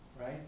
Right